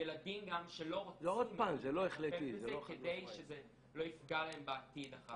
ילדים גם שלא רוצים לטפל בזה כדי שזה לא יפגע להם בעתיד אחר כך.